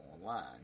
online